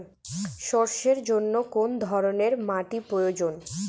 সরষের জন্য কোন ধরনের মাটির প্রয়োজন?